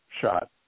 shot